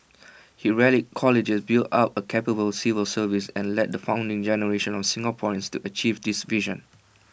he rallied colleagues built up A capable civil service and led the founding generation of Singaporeans to achieve this vision